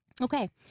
Okay